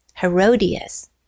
Herodias